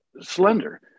slender